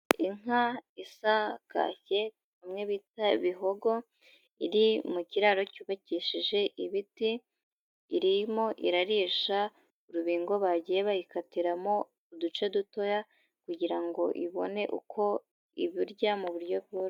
Inka isa kacye, bamwe bita bihogo, iri mu kiraro cyubakishije ibiti, irimo irarisha urubingo bagiye bayikatiramo uduce dutoya, kugira ngo ibone uko iburya mu buryo bworoshye.